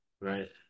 right